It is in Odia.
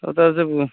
ଆଉ ତା ଯୋଗୁ